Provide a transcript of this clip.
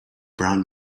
brown